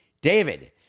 David